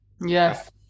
yes